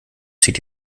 zieht